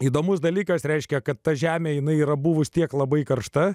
įdomus dalykas reiškia kad ta žemė jinai yra buvus tiek labai karšta